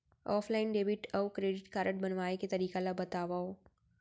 Offline debit अऊ credit card बनवाए के तरीका ल बतावव?